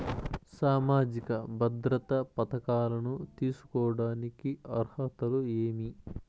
సామాజిక భద్రత పథకాలను తీసుకోడానికి అర్హతలు ఏమి?